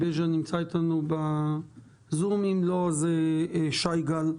בבקשה, שי גל,